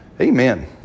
Amen